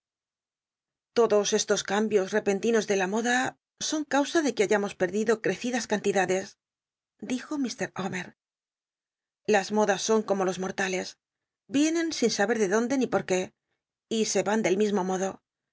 todos estos cambios rcpcnlinos ele la moda son causa de que hayamos pcnlido crecidas cantidades dijo ur omcr las modas son como los morlales yienen sin saber de dónde ni por qué y se rnn clcl mi mo modo